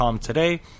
today